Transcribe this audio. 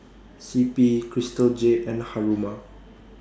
C P Crystal Jade and Haruma